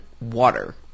water